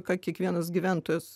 ką kiekvienas gyventojas